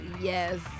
yes